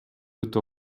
өтө